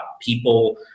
People